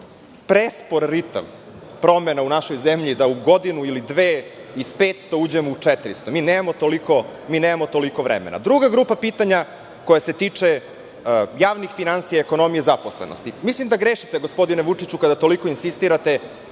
prespor ritam promena u našoj zemlji, da u godinu ili dve iz 500 uđemo u 400. Mi nemamo toliko vremena. Druga grupa pitanja koja se tiče javnih finansija, ekonomije zaposlenosti. Mislim da grešite gospodine Vučiću kada toliko insistirate